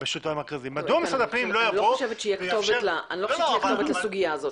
אני לא חושבת שהיא הכתובת לסוגיה הזאת.